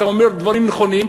אתה אומר דברים נכונים,